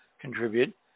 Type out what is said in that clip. contribute